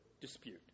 dispute